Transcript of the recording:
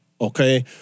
okay